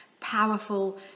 powerful